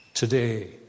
Today